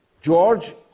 George